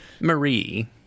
Marie